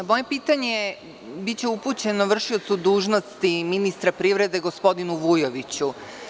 Moje pitanje biće upućeno vršiocu dužnosti ministra privrede, gospodinu Vujoviću.